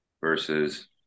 versus